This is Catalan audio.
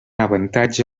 avantatge